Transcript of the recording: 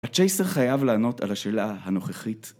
הצ'ייסר חייב לענות על השאלה הנוכחית.